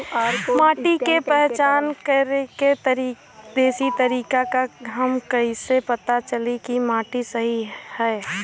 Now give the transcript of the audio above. माटी क पहचान करके देशी तरीका का ह कईसे पता चली कि माटी सही ह?